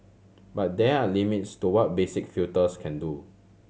but there are limits to what basic filters can do